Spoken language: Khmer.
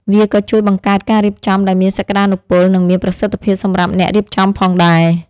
វាក៏ជួយបង្កើតការរៀបចំដែលមានសក្តានុពល និងមានប្រសិទ្ធភាពសម្រាប់អ្នករៀបចំផងដែរ។